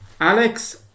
Alex